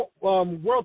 World